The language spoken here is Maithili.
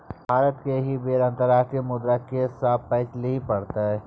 भारतकेँ एहि बेर अंतर्राष्ट्रीय मुद्रा कोष सँ पैंच लिअ पड़तै